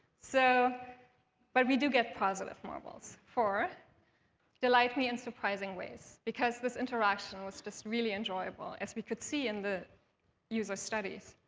so but we do get positive marbles for delight me in surprising ways, because this interaction was just really enjoyable, as we could see in the user studies.